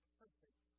perfect